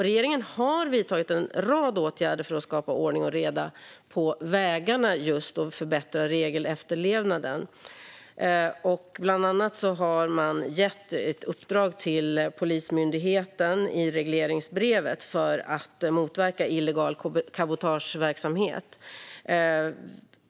Regeringen har vidtagit en rad åtgärder för att skapa ordning och reda på vägarna och förbättra regelefterlevnaden. Bland annat har vi gett ett uppdrag till Polismyndigheten i regleringsbrevet att motverka illegal cabotageverksamhet.